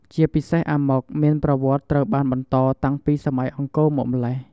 ជាពិសេសអាម៉ុកមានប្រវត្តិត្រូវបានបន្តតាំងពីសម័យអង្គរមកម៉្លេះ។